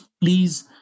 please